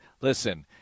Listen